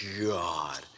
God